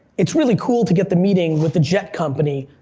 it's really cool to get the meeting with the jet company.